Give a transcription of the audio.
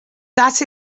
that